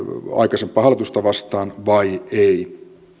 aikaisempaa hallitusta vastaan vai ei